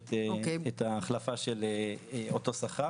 שמאפשרת את ההחלפה של אותו שכר.